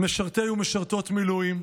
משרתי ומשרתות מילואים.